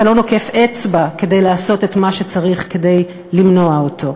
אתה לא נוקף אצבע כדי לעשות את מה שצריך כדי למנוע אותו.